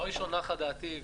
דבר ראשון, נחה דעתי.